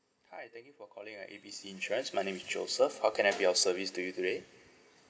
hi thank you for calling uh A B C insurance my name is joseph how can I have your service to you today